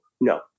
no